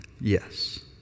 Yes